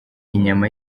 inyama